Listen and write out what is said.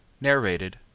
Narrated